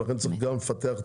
ולכן צריך גם לפתח.